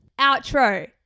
Outro